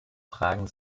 fragen